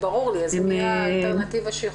מי האלטרנטיבה?